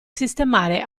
sistemare